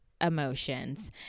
emotions